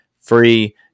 free